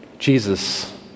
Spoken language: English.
Jesus